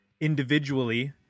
individually